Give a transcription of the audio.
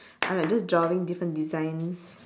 I like just drawing different designs